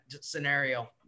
scenario